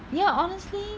ya honestly